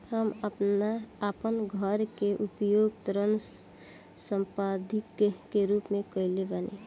हम आपन घर के उपयोग ऋण संपार्श्विक के रूप में कइले बानी